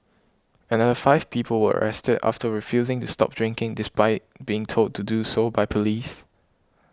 another five people were arrested after refusing to stop drinking despite being told to do so by police